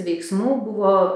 veiksmų buvo